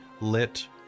lit